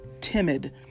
timid